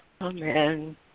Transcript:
Amen